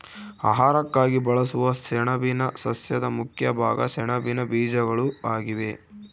ಆಹಾರಕ್ಕಾಗಿ ಬಳಸುವ ಸೆಣಬಿನ ಸಸ್ಯದ ಮುಖ್ಯ ಭಾಗ ಸೆಣಬಿನ ಬೀಜಗಳು ಆಗಿವೆ